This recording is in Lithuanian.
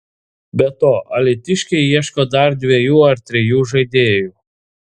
be to alytiškiai ieško dar dviejų ar trijų žaidėjų